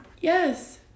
Yes